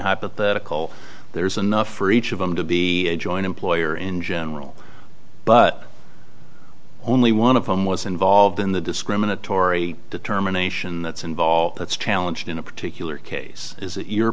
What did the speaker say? hypothetical there's enough for each of them to be a joint employer in general but only one of them was involved in the discriminatory determination that's involved that's challenged in a particular case is it your